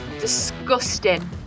disgusting